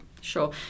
Sure